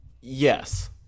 Yes